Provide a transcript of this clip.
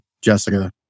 Jessica